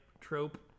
trope